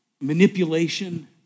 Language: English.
manipulation